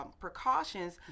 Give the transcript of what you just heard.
precautions